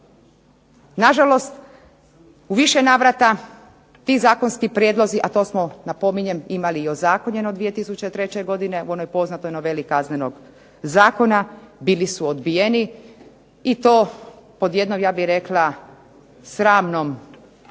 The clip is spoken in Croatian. Nažalost, u više navrata ti zakonski prijedlozi, a to smo napominjem imali i ozakonjeno 2003. godine u onoj poznatoj noveli Kaznenog zakona bili su odbijeni i to pod ja bih rekla sramnom